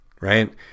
right